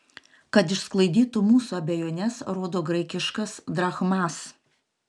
kad išsklaidytų mūsų abejones rodo graikiškas drachmas